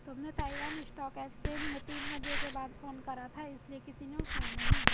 तुमने Taiwan stock exchange में तीन बजे के बाद फोन करा था इसीलिए किसी ने उठाया नहीं